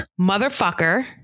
motherfucker